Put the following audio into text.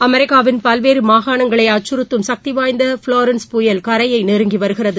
அமெரிக்காவின் பல்வேறு மாகாணங்களை அச்சறுத்தும் சக்தி வாய்ந்த ஃப்ளாரன்ஸ் புயல் கரையை நெருங்கி வருகிறது